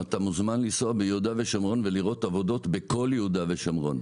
אתה מוזמן לנסוע ביהודה ושומרון ולראות עבודות בכל יהודה ושומרון.